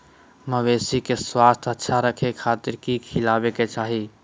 मवेसी के स्वास्थ्य अच्छा रखे खातिर की खिलावे के चाही?